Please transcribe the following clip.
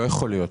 לא יכול להיות.